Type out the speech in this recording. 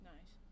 Nice